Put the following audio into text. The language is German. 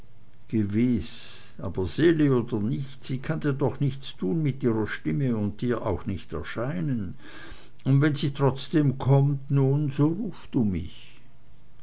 gewiß aber seele oder nicht sie kann dir doch nichts tun mit ihrer stimme und dir auch nicht erscheinen und wenn sie trotzdem kommt nun so rufst du mich